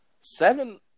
Seven